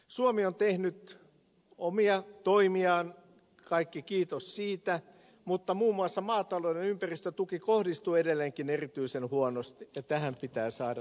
suomi on tehnyt omia toimiaan kaikki kiitos siitä mutta muun muassa maatalouden ympäristötuki kohdistuu edelleenkin erityisen huonosti ja tähän pitää saada toki muutos